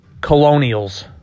Colonials